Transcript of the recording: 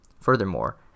Furthermore